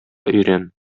өйрән